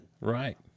Right